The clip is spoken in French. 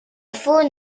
faune